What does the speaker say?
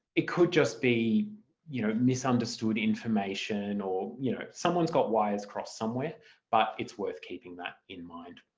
it could just be you know misunderstood information, or you know someone's got wires crossed somewhere but it's worth keeping that in mind.